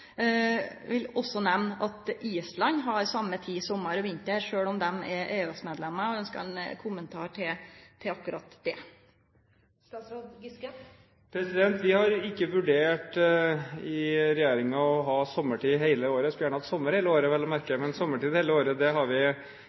vil også nemne at Island har same tid sommar og vinter, sjølv om Island er EØS-medlem. Eg ønskjer ein kommentar til akkurat det. Vi har ikke vurdert i regjeringen å ha sommertid hele året. Jeg skulle gjerne hatt sommer hele året, vel å merke, men sommertid hele året har vi